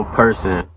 person